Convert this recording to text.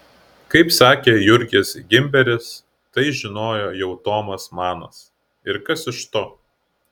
kaip sakė jurgis gimberis tai žinojo jau tomas manas ir kas iš to